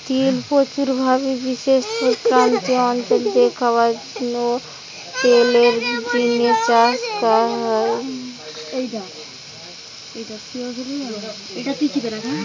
তিল প্রচুর ভাবি বিশ্বের ক্রান্তীয় অঞ্চল রে খাবার ও তেলের জিনে চাষ করা হয়